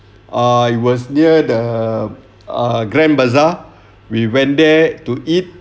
uh it was near the ah grand bazaar we went there to eat